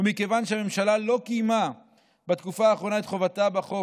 ומכיוון שהממשלה לא קיימה בתקופה האחרונה את חובתה בחוק